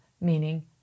meaning